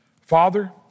Father